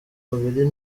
babiri